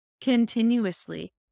continuously